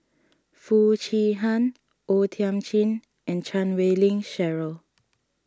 Foo Chee Han O Thiam Chin and Chan Wei Ling Cheryl